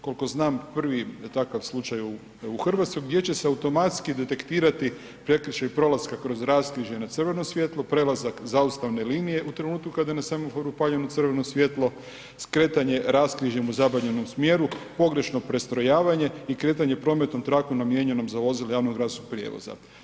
Koliko znam, prvi takav slučaj u Hrvatskoj gdje će se automatski detektirati prekršaj prolaska kroz raskrižje na crveno svjetlo, prelazak zaustavne linije u trenutku kad je na semaforu upaljeno crveno svjetlo, skretanje u raskrižjem u zabranjenom smjeru, pogrešno prestrojavanje i kretanje prometnom trakom namijenjenom za vozila javnog gradskog prijevoza.